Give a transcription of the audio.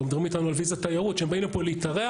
הרי מדברים איתנו על ויזת תיירות שהם באים לפה להתארח,